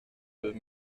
deux